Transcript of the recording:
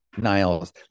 Niles